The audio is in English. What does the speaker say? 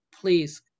please